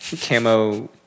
camo